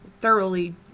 thoroughly